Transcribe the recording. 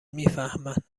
میفهمن